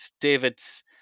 David's